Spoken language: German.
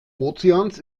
ozeans